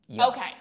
Okay